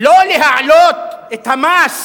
לא להעלות את המס